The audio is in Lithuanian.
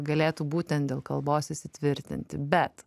galėtų būtent dėl kalbos įsitvirtinti bet